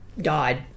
died